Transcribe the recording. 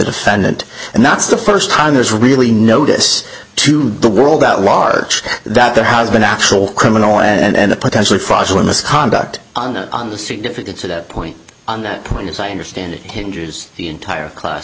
defendant and that's the first time there's really notice to the world at large that there has been actual criminal and the potential fraud or misconduct on it on the significance of that point on that point as i understand it hinges the entire class